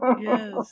Yes